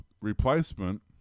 replacement